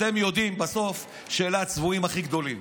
אתם יודעים בסוף שאלה הצבועים הכי גדולים.